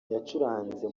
yacuranze